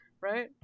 right